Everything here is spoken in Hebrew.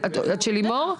את של לימור?